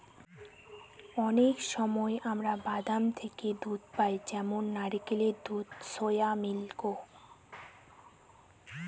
অনেক সময় আমরা বাদাম থেকে দুধ পাই যেমন নারকেলের দুধ, সোয়া মিল্ক